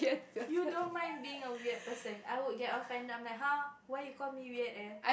you don't mind being a weird person I will get offended I'm like !huh! why you call me weird eh